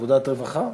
ועדת הרווחה.